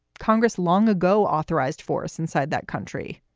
congress long ago authorized force inside that country.